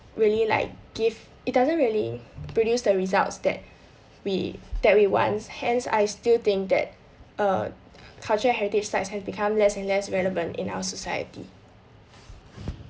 really like give it doesn't really produce the results that we that we want hence I still think that uh culture heritage sites has become less and less relevant in our society